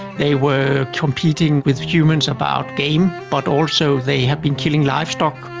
they were competing with humans about game but also they have been killing livestock.